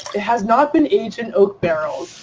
it has not been aged in oak barrels.